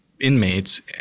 inmates